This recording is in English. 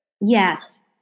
Yes